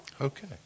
Okay